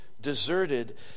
deserted